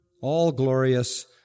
all-glorious